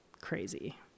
crazy